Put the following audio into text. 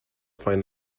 find